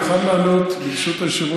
אני מוכן לענות אחרי זה,